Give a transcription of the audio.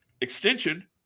extension